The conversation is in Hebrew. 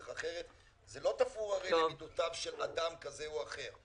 זה לא תפור למידותיו של אדם כזה או אחר,